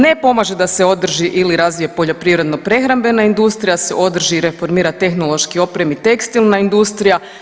Ne pomaže da se održi ili razvije poljoprivredno-prehrambena industrija, da se održi i reformira tehnološki i opremi tekstilna industrija.